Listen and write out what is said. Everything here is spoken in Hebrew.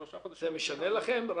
זה משנה לכם?